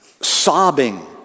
Sobbing